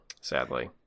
sadly